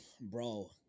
Bro